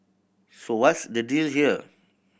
so what's the deal here